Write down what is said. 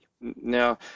Now